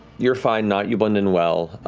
you're fine, nott, you blend in well.